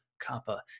Kappa